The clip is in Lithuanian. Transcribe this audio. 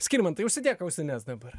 skirmantai užsidėk ausines dabar